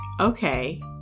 Okay